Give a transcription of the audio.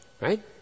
Right